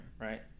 right